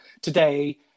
today